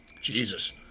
Jesus